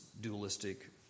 dualistic